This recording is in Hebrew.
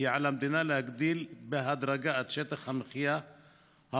כי על המדינה להגדיל בהדרגה את שטח המחיה המוקצה